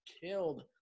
killed